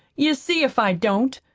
you see if i don't.